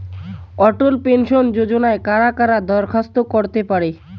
অটল pension যোজনায় কারা কারা দরখাস্ত করতে পারে?